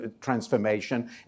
transformation